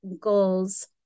goals